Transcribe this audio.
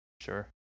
Sure